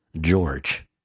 George